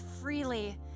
freely